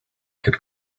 could